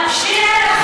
להמשיך,